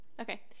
Okay